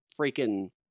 freaking